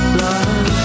love